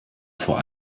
vor